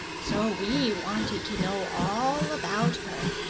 so we wanted to know all about her,